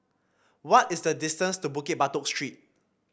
what is the distance to Bukit Batok Street